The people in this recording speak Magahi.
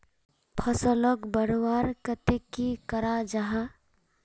फसलोक बढ़वार केते की करा जाहा?